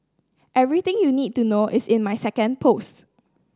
everything you need to know is in my second post